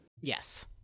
Yes